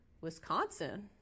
Wisconsin